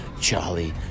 Charlie